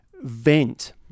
vent